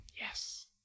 Yes